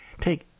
take